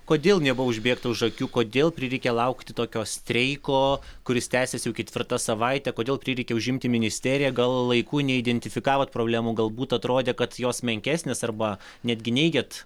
kodėl nebuvo užbėgta už akių kodėl prireikė laukti tokio streiko kuris tęsiasi jau ketvirta savaitė kodėl prireikė užimti ministeriją gal laiku neidentifikavot problemų galbūt atrodė kad jos menkesnės arba netgi neigiat